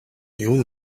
юун